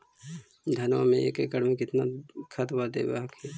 धनमा मे एक एकड़ मे कितना खदबा दे हखिन?